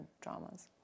dramas